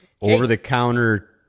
Over-the-counter